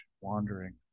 wandering